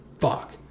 fuck